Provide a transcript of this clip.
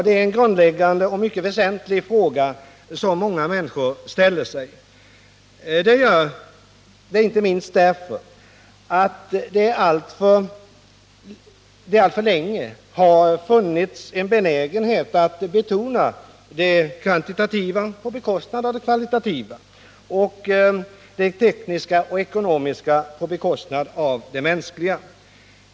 Det är en grundläggande och mycket väsentlig fråga som många människor ställer sig. De gör det inte minst därför att det alltför länge har funnits en benägenhet att betona det kvantitativa på bekostnad av det kvalitativa, det tekniska och ekonomiska på bekostnad av det mänskliga.